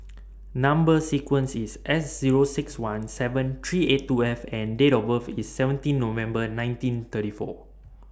Number sequence IS S Zero six one seven three eight two F and Date of birth IS seventeen November nineteen thirty four